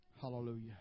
Hallelujah